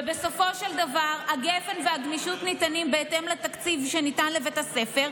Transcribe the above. ובסופו של דבר הגפ"ן והגמישות ניתנים בהתאם לתקציב שניתן לבית הספר,